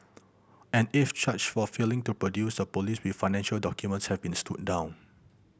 an eighth charge for failing to produce a police with financial documents has been stood down